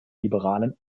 liberalen